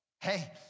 hey